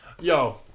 Yo